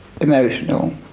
emotional